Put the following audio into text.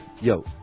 yo